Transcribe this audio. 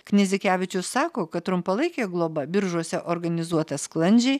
knizikevičius sako kad trumpalaikė globa biržuose organizuota sklandžiai